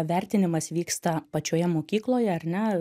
vertinimas vyksta pačioje mokykloje ar ne